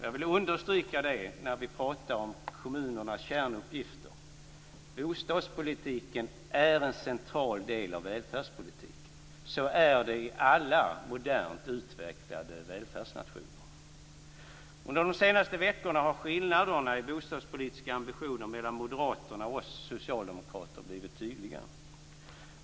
Jag vill understryka detta när vi talar om kommunernas kärnuppgifter. Bostadspolitiken är en central del av välfärdspolitiken. Så är det i alla modernt utvecklade välfärdsnationer. Under de senaste veckorna har skillnaderna i bostadspolitiska ambitioner mellan moderaterna och oss socialdemokrater blivit tydliga.